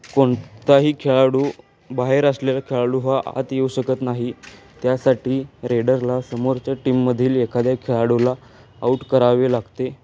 कोणताही खेळाडू बाहेर असलेला खेळाडू हा आत येऊ शकत नाही त्यासाठी रेडरला समोरच्या टीममधील एखाद्या खेळाडूला आऊट करावे लागते